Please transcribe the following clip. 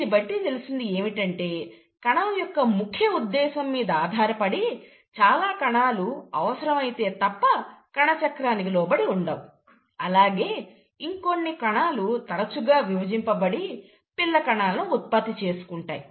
దీనిబట్టి తెలిసినది ఏమిటంటే కణం యొక్క ముఖ్య ఉద్దేశము మీద ఆధారపడి చాలా కణాలు అవసరం అయితే తప్ప కణచక్రానికి లోబడి ఉండవు అలాగే ఇంకొన్ని కణాలు తరచుగా విభజింపబడి పిల్ల కణాలను ఉత్పత్తి చేస్తుంటాయి